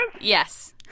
Yes